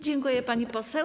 Dziękuję, pani poseł.